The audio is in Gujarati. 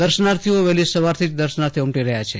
દર્શનાથીઓ વહેલી સવારથી જ દર્શનાથે ઉમટી રહયા છે